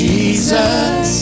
Jesus